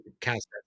cast